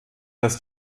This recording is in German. dass